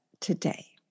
today